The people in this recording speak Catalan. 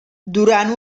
durant